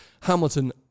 Hamilton